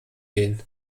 gehen